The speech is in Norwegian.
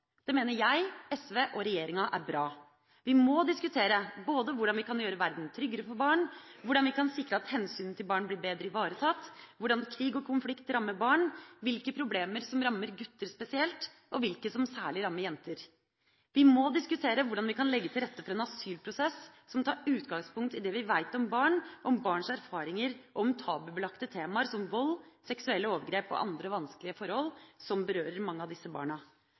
Det mener jeg, SV og regjeringa er bra. Vi må diskutere både hvordan vi kan gjøre verden tryggere for barn, hvordan vi kan sikre at hensynet til barn blir bedre ivaretatt, hvordan krig og konflikt rammer barn, hvilke problemer som rammer gutter spesielt, og hvilke som særlig rammer jenter. Vi må diskutere hvordan vi kan legge til rette for en asylprosess som tar utgangspunkt i det vi vet om barn, om barns erfaringer og om tabubelagte temaer som vold, seksuelle overgrep og andre vanskelige forhold som berører mange av disse barna.